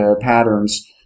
patterns